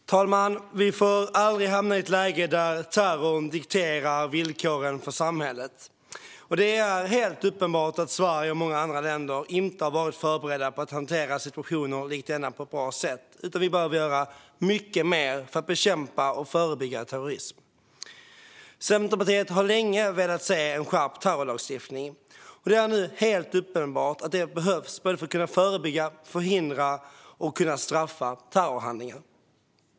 Fru talman! Vi får aldrig hamna i ett läge där terrorn dikterar villkoren för samhället. Det är helt uppenbart att Sverige och många andra länder inte har varit förberedda på att hantera situationer som denna på ett bra sätt. Vi behöver göra mycket mer för att bekämpa och förebygga terrorism. Centerpartiet har länge velat se en skärpt terrorlagstiftning. Det är nu helt uppenbart att en sådan behövs för att kunna förebygga, förhindra och straffa terrorhandlingar.